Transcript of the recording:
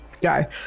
guy